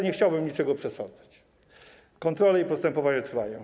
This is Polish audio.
Nie chciałbym niczego przesądzać, kontrole i postępowania trwają.